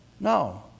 No